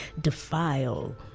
defile